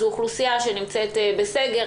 זו אוכלוסייה שנמצאת בסגר,